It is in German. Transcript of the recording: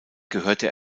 gehörte